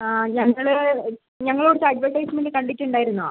ആ ഞങ്ങൾ ഞങ്ങൾ കൊടുത്ത അഡ്വർടൈസ്മെന്റ് കണ്ടിട്ടുണ്ടായിരുന്നോ